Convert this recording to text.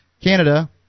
Canada